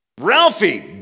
Ralphie